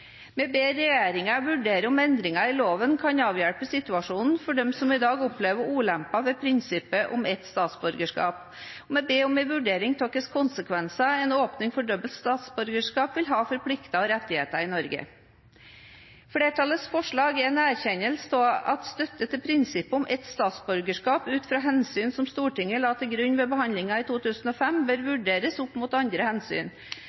Vi ber regjeringen vurdere om endringer i andre lover kan avhjelpe situasjonen for dem som i dag opplever ulemper ved prinsippet om ett statsborgerskap, og vi ber om en vurdering av hvilke konsekvenser en åpning for dobbelt statsborgerskap vil ha for plikter og rettigheter i Norge. Flertallets forslag er en erkjennelse av at støtte til prinsippet om ett statsborgerskap ut fra de hensyn som Stortinget la til grunn ved behandlingen i 2005, bør vurderes opp mot andre hensyn,